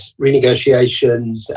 renegotiations